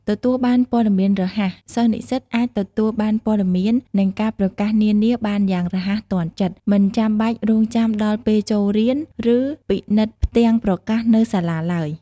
ទទួលបានព័ត៌មានរហ័ស សិស្សនិស្សិតអាច ទទួលបានព័ត៌មាន និងការប្រកាសនានាបានយ៉ាងរហ័សទាន់ចិត្ត មិនចាំបាច់រង់ចាំដល់ពេលចូលរៀន ឬពិនិត្យផ្ទាំងប្រកាសនៅសាលាឡើយ។